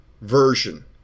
version